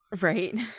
Right